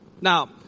Now